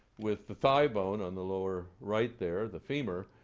with the thigh bone on the lower right there, the femur,